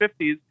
1950s